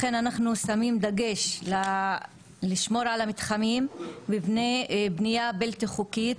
לכן אנחנו שמים דגש לשמור על המתחמים מפני בנייה בלתי חוקית.